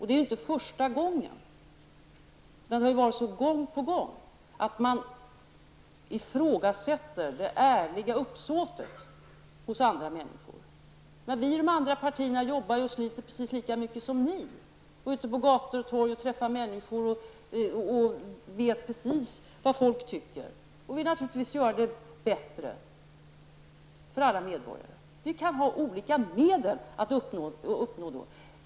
Det är inte första gången, utan det har varit så gång på gång att man ifrågasätter det ärliga uppsåtet hos andra människor. Vi i de andra partierna jobbar och sliter precis lika mycket som ni, vi är ute på gator och torg och träffar människor och vet precis vad folk tycker, och vi vill naturligtvis göra det bättre för alla medborgare. Partierna kan ha olika medel att uppnå det.